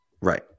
Right